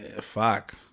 Fuck